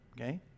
Okay